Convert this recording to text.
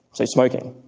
so smoking.